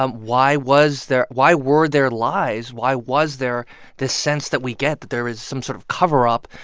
um why was there why were there lies? why was there this sense that we get that there is some sort of cover-up?